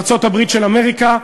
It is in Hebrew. ארצות-הברית של אמריקה,